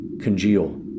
congeal